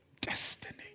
destiny